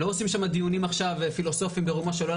לא עושים שם דיונים פילוסופיים ברומו של עולם,